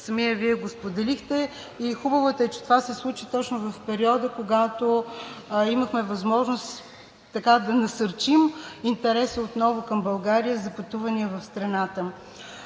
Самият Вие го споделихте. Хубавото е, че това се случи точно в периода, когато имахме възможност да насърчим интереса отново към България за пътувания в страната.